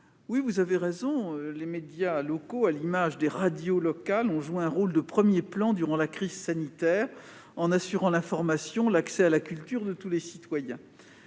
Mouiller, les médias locaux, à l'image des radios locales, ont joué un rôle de premier plan durant la crise sanitaire, en assurant l'information et l'accès à la culture de tous les citoyens.